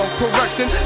correction